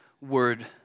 word